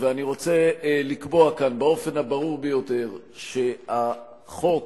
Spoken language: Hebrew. אני רוצה לקבוע כאן באופן הברור ביותר שבעיני החוק